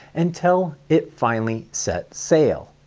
until it finally set sail.